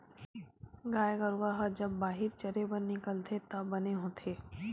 गाय गरूवा ह जब बाहिर चरे बर निकलथे त बने होथे